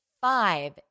five